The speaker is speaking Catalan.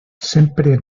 sempre